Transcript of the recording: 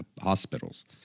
hospitals